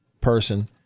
person